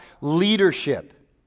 leadership